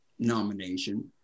nomination